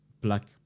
black